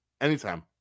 anytime